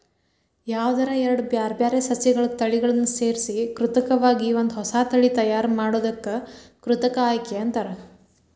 ಯಾವದರ ಎರಡ್ ಬ್ಯಾರ್ಬ್ಯಾರೇ ಸಸ್ಯಗಳ ತಳಿಗಳನ್ನ ಸೇರ್ಸಿ ಕೃತಕವಾಗಿ ಒಂದ ಹೊಸಾ ತಳಿ ತಯಾರ್ ಮಾಡೋದಕ್ಕ ಕೃತಕ ಆಯ್ಕೆ ಅಂತಾರ